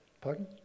pardon